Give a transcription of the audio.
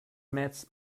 met